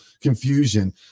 confusion